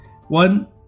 One